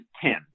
ten